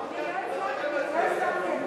לוועדת הכלכלה נתקבלה.